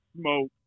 smoke